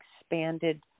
expanded